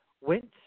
went